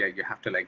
ah you have to like,